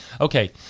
Okay